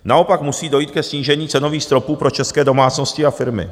Naopak musí dojít ke snížení cenových stropů pro české domácnosti a firmy.